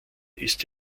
ist